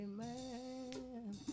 Amen